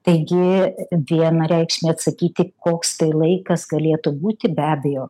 taigi vienareikšmiai atsakyti koks tai laikas galėtų būti be abejo